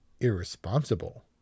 irresponsible